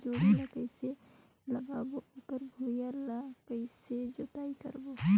जोणी ला कइसे लगाबो ओकर भुईं ला कइसे जोताई करबो?